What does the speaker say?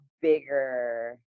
bigger